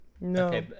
No